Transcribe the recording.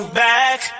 back